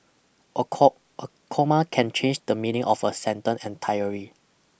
a a comma can change the meaning of a sentence entirely